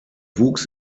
wuchs